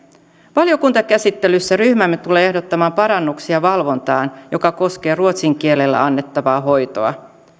valiokuntakäsittelyssä ryhmämme tulee ehdottamaan parannuksia valvontaan joka koskee ruotsin kielellä annettavaa hoitoa